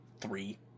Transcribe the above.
three